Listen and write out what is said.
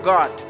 God